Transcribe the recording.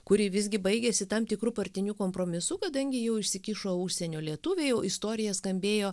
kuri visgi baigėsi tam tikru partiniu kompromisu kadangi jau įsikišo užsienio lietuviai o istorija skambėjo